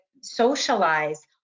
socialize